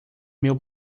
meu